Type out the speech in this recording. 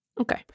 Okay